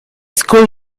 school